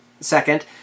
second